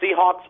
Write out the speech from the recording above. Seahawks